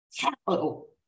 capital